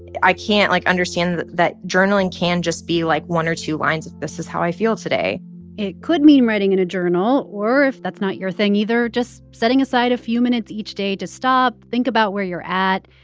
i can't, like, understand that that journaling can just be, like, one or two lines of, this is how i feel today it could mean writing in a journal or, if that's not your thing either, just setting aside a few minutes each day to stop, think about where you're at,